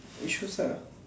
you choose ah